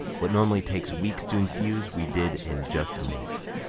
what normally takes weeks to infuse, we did in just minutes!